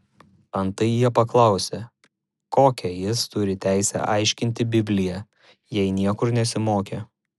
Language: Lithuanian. antai jie paklausė kokią jis turi teisę aiškinti bibliją jei niekur nesimokė